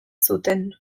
zuten